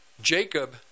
Jacob